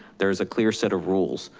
there's a clear set of rules.